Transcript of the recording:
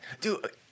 Dude